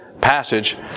passage